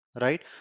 Right